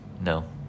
No